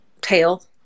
tail